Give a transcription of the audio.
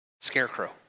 Scarecrow